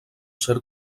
cert